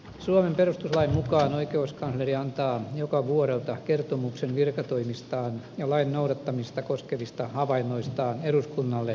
suomen perustuslain mukaan oikeuskansleri antaa joka vuodelta kertomuksen virkatoimistaan ja lain noudattamista koskevista havainnoistaan eduskunnalle ja valtioneuvostolle